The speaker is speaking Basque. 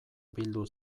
bildu